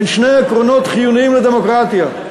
בין שני עקרונות חיוניים לדמוקרטיה: